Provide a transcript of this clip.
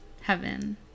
heaven